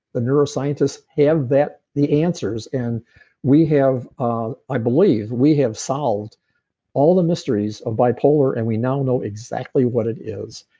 the neuroscientists have the answers, and we have. ah i believe we have solved all the mysteries of bipolar, and we now know exactly what it is.